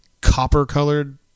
copper-colored –